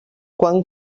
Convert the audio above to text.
quan